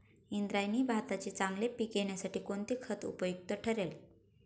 इंद्रायणी भाताचे चांगले पीक येण्यासाठी कोणते खत उपयुक्त ठरेल?